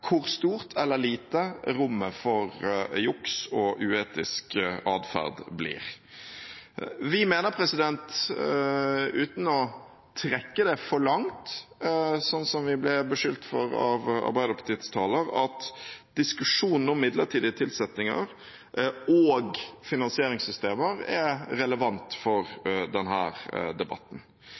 hvor stort eller lite rommet for juks og uetisk adferd blir. Vi mener, uten å trekke det for langt, som vi ble beskyldt for av Arbeiderpartiets taler, at diskusjonen om midlertidige tilsettinger og finansieringssystemer er relevant for denne debatten.